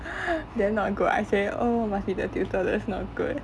then not good I say oh must be the tutor that's not good